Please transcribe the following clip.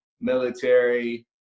military